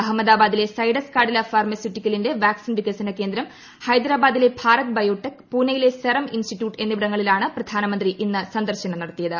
അഹമ്മദാബാദിലെ സൈഡസ് കാഡില ഫാർമസ്യൂട്ടിക്കലിന്റെ വാക്സിൻ വികസന കേന്ദ്രം ഹൈദരാബാദിലെ ഭാരത് ബയോടെക് പുണെയിലെ സെറം ഇൻസ്റ്റിറ്റ്യൂട്ട് എന്നിവിടങ്ങളിലാണ് പ്രധാനമന്ത്രി ഇന്ന് സന്ദർശനം നടത്തിയത്